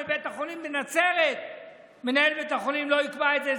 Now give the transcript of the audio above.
בבית החולים בנצרת מנהל בית החולים לא יקבע את זה,